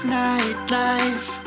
nightlife